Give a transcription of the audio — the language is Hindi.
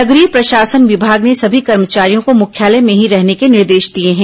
नगरीय प्रशासन विभाग ने सभी कर्मचारियों को मुख्यालय में ही रहने के निर्देश दिए हैं